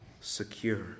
secure